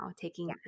taking